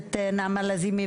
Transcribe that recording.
הכנסת נעמה לזימי,